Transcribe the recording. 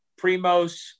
Primos